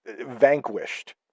vanquished